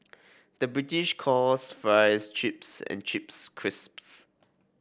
the British calls fries chips and chips crisps